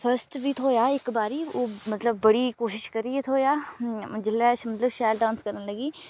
first बी थ्होया इक बारी ओह् मतलब बड़ी कोशिश करियै थ्होया जेल्लै मतलब शैल डांस करन लगी